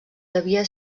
devia